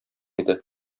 иде